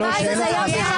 מה זה "זה לא שיח"?